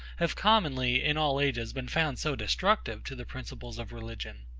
have commonly, in all ages, been found so destructive to the principles of religion.